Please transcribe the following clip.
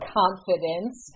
confidence